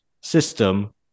system